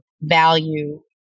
value